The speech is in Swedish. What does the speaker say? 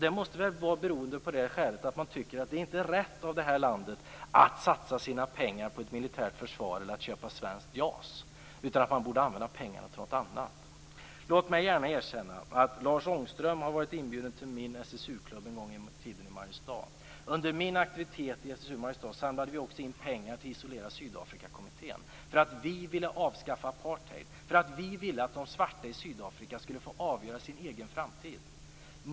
Det måste bero på att man tycker att det inte är rätt av det landet att satsa sina pengar på militärt försvar eller att köpa svenska JAS och att pengarna skall användas till något annat. Låt mig gärna erkänna att Lars Ångström en gång i tiden var inbjuden till min SSU-klubb i Mariestad. Under min tid i SSU Mariestad samlade vi in pengar till Isolera Sydafrika-kommittén. Vi ville avskaffa apartheid. Vi ville att de svarta i Sydafrika skulle få avgöra sin egen framtid.